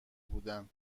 بودن